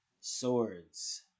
swords